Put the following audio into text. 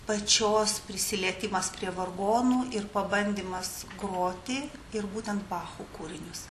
pačios prisilietimas prie vargonų ir pabandymas groti ir būtent bacho kūrinius